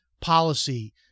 policy